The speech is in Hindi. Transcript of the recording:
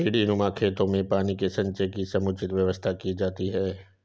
सीढ़ीनुमा खेतों में पानी के संचय की समुचित व्यवस्था की जाती है